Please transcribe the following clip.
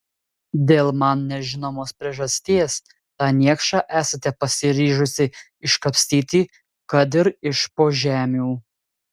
dėl man nežinomos priežasties tą niekšą esate pasiryžusi iškapstyti kad ir iš po žemių